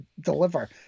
deliver